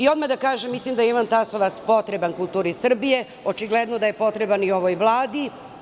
Odmah da kažem da mislim da je Ivan Tasovac potreban kulturi Srbije, očigledno da je potreban i ovoj Vladi.